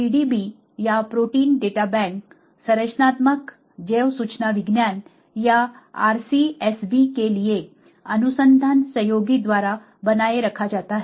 PDB या protein data bank संरचनात्मक जैव सूचना विज्ञान या RCSB के लिए अनुसंधान सहयोगी द्वारा बनाए रखा जाता है